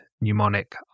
mnemonic